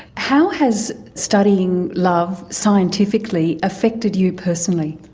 how has studying love scientifically affected you personally?